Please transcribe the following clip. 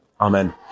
Amen